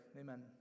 Amen